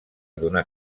donar